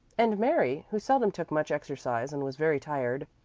and mary, who seldom took much exercise and was very tired,